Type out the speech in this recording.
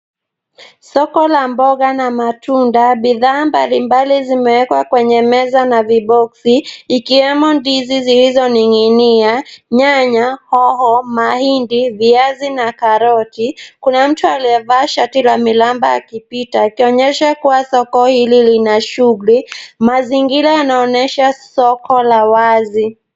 Soko la mboga na matunda. Bidhaa mbalimbali zimewekwa kwenye meza na viboksi ikiwemo ndizi zilizoning'inia, nyanya, hoho, mahindi, viazi na karoti. Kuna mtu aliyevaa shati la miraba akipita akionyesha kuwa soko hili lina shughuli. Mazingira yanaonyesha soko la wazi.